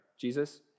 Jesus